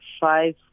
Five